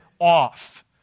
off